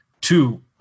two